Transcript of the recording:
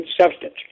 substance